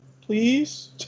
please